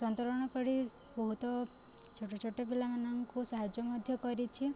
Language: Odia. ସନ୍ତରଣ କରି ବହୁତ ଛୋଟ ଛୋଟ ପିଲାମାନଙ୍କୁ ସାହାଯ୍ୟ ମଧ୍ୟ କରିଛି